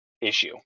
issue